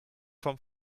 vom